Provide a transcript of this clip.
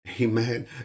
Amen